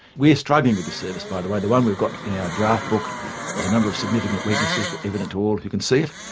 we're struggling with the service by the way. the one we've got in our draft book has a number of significant weaknesses that are evident to all who can see it.